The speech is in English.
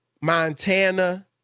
Montana